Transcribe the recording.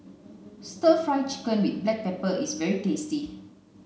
stir fry chicken with black pepper is very tasty